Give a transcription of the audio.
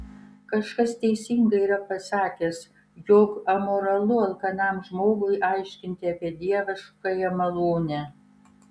kažkas teisingai yra pasakęs jog amoralu alkanam žmogui aiškinti apie dieviškąją malonę